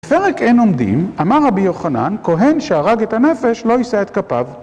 בפרק אין עומדים אמר רבי יוחנן ״כהן שהרג את הנפש לא ישא את כפיו״